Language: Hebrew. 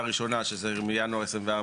הבעיה שאנחנו מבינים אותה,